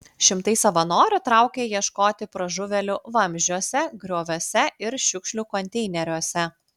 šimtai savanorių traukė ieškoti pražuvėlių vamzdžiuose grioviuose ir šiukšlių konteineriuose